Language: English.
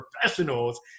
professionals